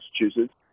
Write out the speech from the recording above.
Massachusetts